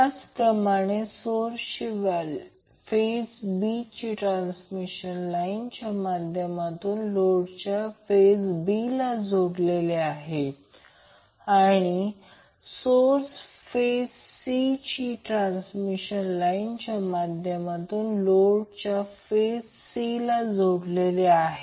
त्याचप्रमाणे सोर्सची phase B ही ट्रान्समिशन लाईनच्या माध्यमातून लोडच्या फेज B ला जोडलेली आहे आणि सोर्सची फेज C ही ट्रान्समिशन लाईनच्या माध्यमातून लोडच्या फेज C ला जोडलेली आहे